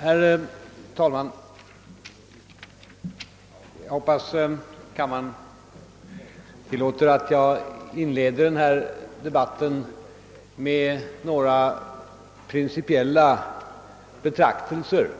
Herr talman! Jag hoppas att kammarens ledamöter tillåter att jag inleder denna debatt med några principiella betraktelser